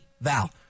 Val